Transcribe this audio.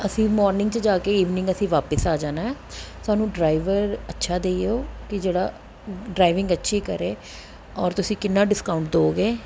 ਅਸੀਂ ਮੋਰਨਿੰਗ 'ਚ ਜਾ ਕੇ ਇਵਨਿੰਗ ਅਸੀਂ ਵਾਪਿਸ ਆ ਜਾਣਾ ਹੈ ਸਾਨੂੰ ਡਰਾਇਵਰ ਅੱਛਾ ਦਿਓ ਕਿ ਜਿਹੜਾ ਡਰਾਈਵਿੰਗ ਅੱਛੀ ਕਰੇ ਔਰ ਤੁਸੀਂ ਕਿੰਨਾ ਡਿਸਕਾਊਟ ਦਿਓਗੇ